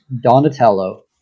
Donatello